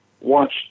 watch